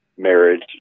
Marriage